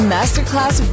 Masterclass